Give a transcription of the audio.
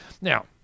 Now